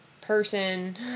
person